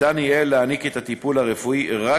ניתן יהיה להעניק את הטיפול הרפואי רק